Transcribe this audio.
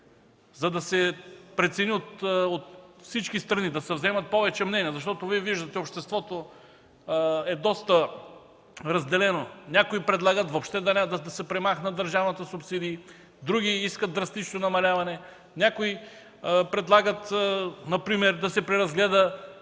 за да се прецени от всички страни, да се вземат повече мнения, защото Вие виждате – обществото е доста разделено. Някои предлагат въобще да се премахне държавната субсидия, а други искат драстично намаляване. Някои например предлагат да се преразгледа